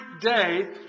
day